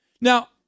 Now